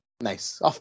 Nice